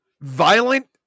violent